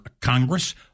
Congress